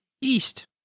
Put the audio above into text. east